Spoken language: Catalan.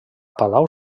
palau